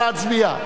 נא להצביע.